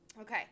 Okay